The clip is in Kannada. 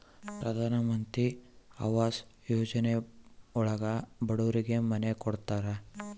ಪ್ರಧನಮಂತ್ರಿ ಆವಾಸ್ ಯೋಜನೆ ಒಳಗ ಬಡೂರಿಗೆ ಮನೆ ಕೊಡ್ತಾರ